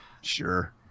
Sure